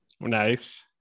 Nice